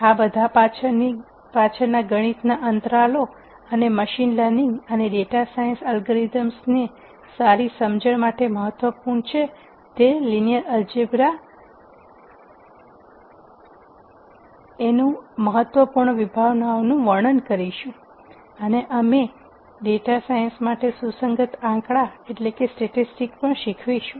આ બધાની પાછળના ગણિતના અંતરાલો અને મશીન લર્નિંગ અને ડેટા સાયન્સ એલ્ગોરિધમ્સની સારી સમજણ માટે મહત્વપૂર્ણ છે તે રેખીય બીજગણિત માં મહત્વપૂર્ણ વિભાવનાઓનું વર્ણન કરીશું અને અમે ડેટા સાયન્સ માટે સુસંગત આંકડા પણ શીખવીશું